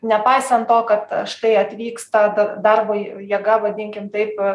nepaisant to kad štai atvyksta da darbo jėga vadinkim taip